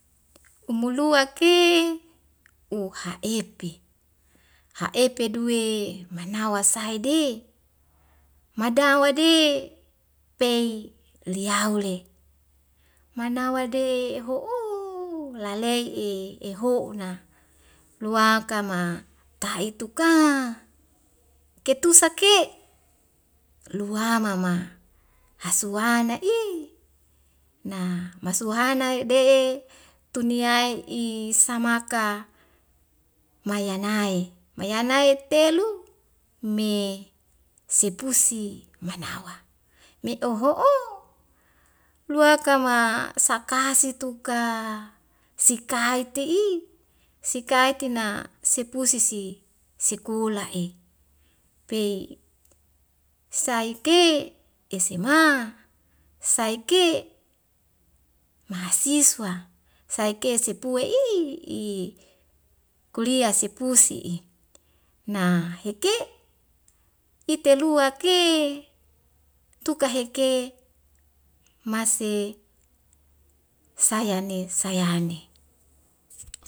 Umulua ke u ha'epe ha'epe duwe mana wa sai de mada wade pei liau le manawa de ho'ooooo lale'i eho'na luaka ma tahituka ketusake luamama hasuana i na masuhana dei e tuniai i samaka maya nae mayanae telu me sepusi manawa me oho'o luaka ma sakasi tuka sikai te'i sikai tina sepu sisi sekola' e pei saike esema saike mahasiswa saike sepue i i kulia sipusi'i na heke itelua ke tuka heke mase sayane sayane